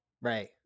Right